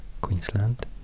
Queensland